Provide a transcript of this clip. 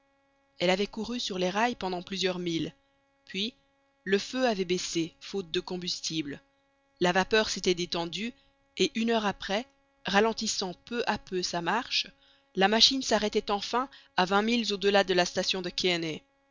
elle avait couru sur les rails pendant plusieurs milles puis le feu avait baissé faute de combustible la vapeur s'était détendue et une heure après ralentissant peu à peu sa marche la machine s'arrêtait enfin à vingt milles au-delà de la station de